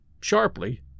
sharply